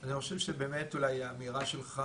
אני חושב שאולי באמת אולי האמירה שלך,